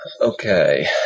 Okay